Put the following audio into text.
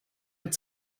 mit